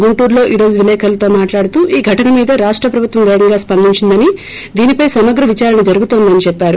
గుంటూరులో ఈ రోజు విలేకరులతో మాట్లాడుతూ ఈ ఘటన మీద రాష్ట ప్రభుత్వం పేగంగా స్పందించిందని దీనిపై సమగ్ర విచారణ జరుగుతోందని చెప్పారు